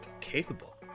capable